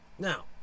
Now